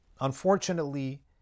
Unfortunately